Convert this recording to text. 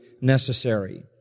necessary